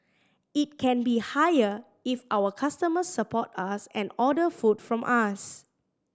it can be higher if our customers support us and order food from us